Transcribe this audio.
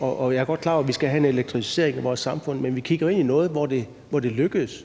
Jeg er godt klar over, at vi skal have en elektrificering af vores samfund, men vi kigger jo ind i noget, hvor det lykkes.